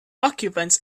occupants